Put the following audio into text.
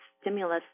stimulus